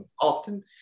Often